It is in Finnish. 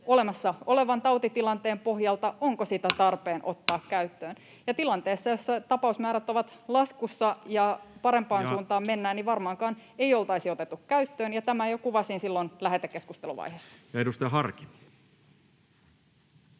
olemassa olevan tautitilanteen pohjalta, onko sitä tarpeen ottaa käyttöön. Ja tilanteessa, jossa tapausmäärät ovat laskussa ja parempaan suuntaan mennään, varmaankaan ei oltaisi otettu käyttöön, ja tämän jo kuvasin silloin lähetekeskusteluvaiheessa. Anteeksi,